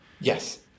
Yes